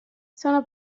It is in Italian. sono